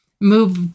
move